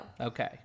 Okay